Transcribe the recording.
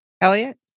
Elliot